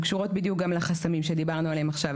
קשורות בדיוק גם לחסמים שדיברנו עליהם עכשיו.